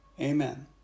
Amen